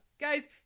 Guys